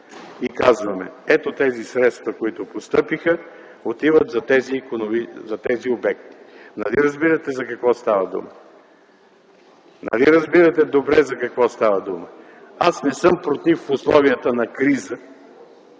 И казваме: „Ето, средствата, които постъпиха, отиват за тези обекти”. Нали разбирате за какво става дума?! Нали разбирате добре за какво става дума?! Аз не съм против в условията на криза